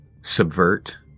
subvert